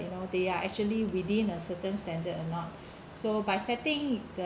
you know they are actually within a certain standard or not so by setting the